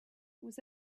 was